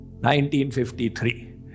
1953